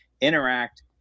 interact